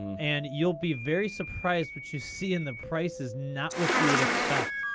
and you'll be very surprised, what you see in the price is not what you would expect.